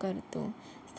करतो